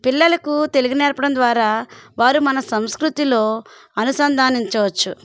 పిల్లలకు తెలుగు నేర్పడం ద్వారా వారు మన సంస్కృతిలో అనుసంధానించవచ్చు